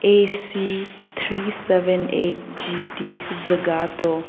A C three seven eight G T ꯖꯥꯒꯇꯣ